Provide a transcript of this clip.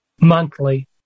monthly